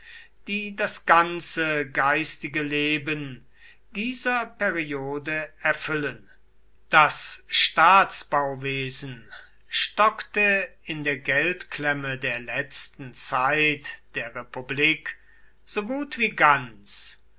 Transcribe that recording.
die das ganze geistige leben dieser periode erfüllen das staatsbauwesen stockte in der geldklemme der letzten zeit der republik so gut wie ganz